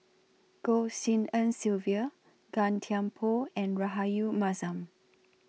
Goh Tshin En Sylvia Gan Thiam Poh and Rahayu Mahzam